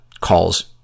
calls